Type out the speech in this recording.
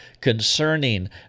concerning